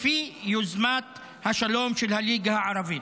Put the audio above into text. לפי יוזמת השלום של הליגה הערבית.